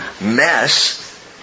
mess